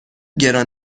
گران